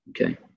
Okay